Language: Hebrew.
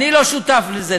אני לא שותף לזה.